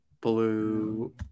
Blue